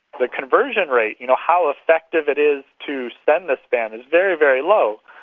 the conversion rate, you know how effective it is to send this spam is very, very low.